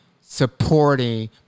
supporting